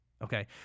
Okay